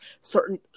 certain